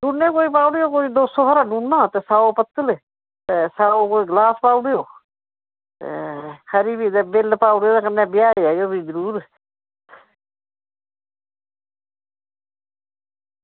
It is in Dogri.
डूनै कोई पाई ओड़ेओ कोई दौ सौ हारा डूना ते सौ हारी पत्तल सौ कोई गलास पाई ओड़ेओ खरी भी कन्नै बिल पाई ओड़ेओ ते कन्नै ब्याहै ई पाई ओड़ेओ जरूर